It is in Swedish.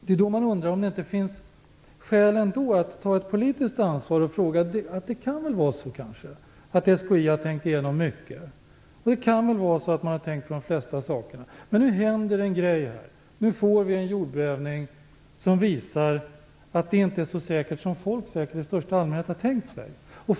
Det är då man undrar om det ändå inte finns skäl att ta ett politiskt ansvar. Det kan vara så att SKI har tänkt igenom mycket. Det kan vara så att man har tänkt på de flesta saker, men nu händer det en grej. Nu får vi en jordbävning som visar att det inte är så säkert som folk i största allmänhet har tänkt sig.